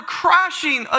crashing